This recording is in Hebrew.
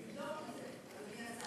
תבדוק את זה, אדוני השר.